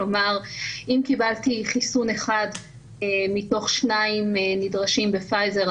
כלומר אם קיבלתי חיסון אחד מתוך שניים הנדרשים בפייזר,